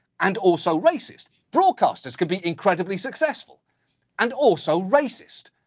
and also racist. broadcasters can be incredibly successful and also racist.